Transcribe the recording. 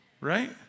Right